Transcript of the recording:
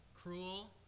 cruel